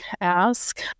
ask